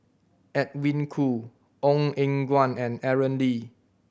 Edwin Koo Ong Eng Guan and Aaron Lee